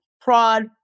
prod